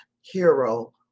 hero